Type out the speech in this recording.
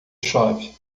chove